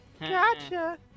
gotcha